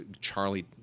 Charlie